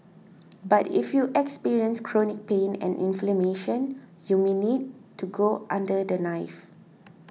but if you experience chronic pain and inflammation you may need to go under the knife